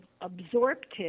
absorptive